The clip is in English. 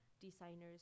designers